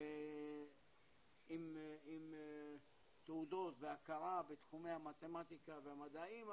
עם תעודות והכרה בתחומי המתמטיקה והמדעים,